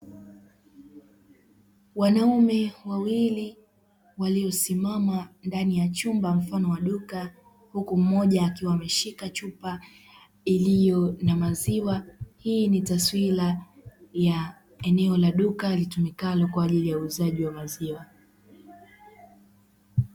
Wanaume wawili waliosimama ndani ya chumba mfano wa duka, huku mmoja akiwa kashika chupa iliyo na maziwa. Hii ni taswira ya eneo la duka litumikalo kwa ajili ya uuzaji wa maziwa.